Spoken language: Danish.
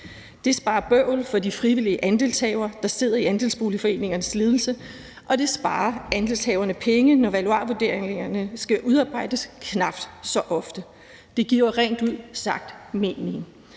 Det sparer bøvl for de frivillige andelshavere, der sidder i andelsboligforeningernes ledelse, og det sparer andelshaverne penge, når valuarvurderingerne skal udarbejdes knap så ofte. Det giver rent ud sagt mening.